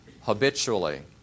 habitually